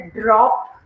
drop